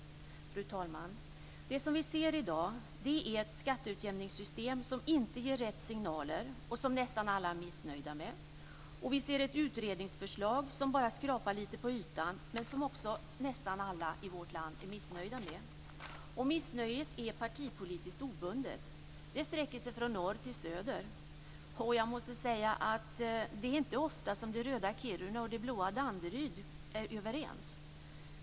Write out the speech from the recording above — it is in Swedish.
Fru talman! Det vi ser i dag är ett skatteutjämningssystem som inte ger rätt signaler och som nästan alla är missnöjda med. Och vi ser ett utredningsförslag som bara skrapar lite på ytan men som också nästan alla i vårt land är missnöjda med. Missnöjet är partipolitiskt obundet. Det sträcker sig från norr till söder. Jag måste säga att det inte är ofta som det röda Kiruna och det blå Danderyd är överens.